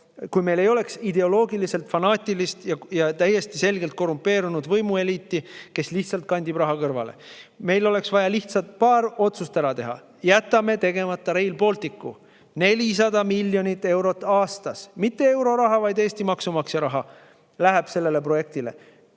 kui meil ei oleks ideoloogiliselt fanaatilist ja täiesti selgelt korrumpeerunud võimueliiti, kes kandib raha kõrvale. Meil oleks vaja lihtsalt paar otsust ära teha. Jätame tegemata Rail Balticu, 400 miljonit eurot aastas – mitte euroraha, vaid Eesti maksumaksja raha – läheb sellele projektile.